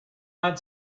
not